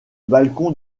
balcon